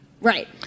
Right